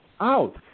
out